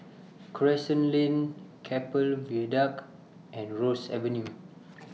Crescent Lane Keppel Viaduct and Ross Avenue